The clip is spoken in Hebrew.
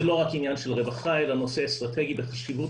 זה לא רק עניין של רווחה אלא נושא אסטרטגי בחשיבות